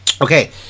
Okay